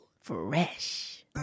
Fresh